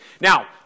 Now